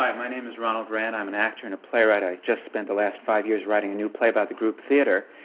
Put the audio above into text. my name is ronald rand. i'm an actor and a playwright. i just spent the last five years writing a new play about the group theatre.